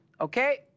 okay